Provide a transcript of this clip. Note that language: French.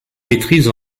maîtrise